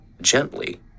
gently